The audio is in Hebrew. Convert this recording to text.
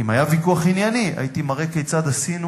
אם היה ויכוח ענייני הייתי מראה כיצד עשינו